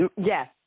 Yes